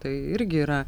tai irgi yra